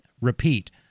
repeat